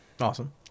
Awesome